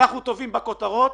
אנחנו טובעים בכותרות,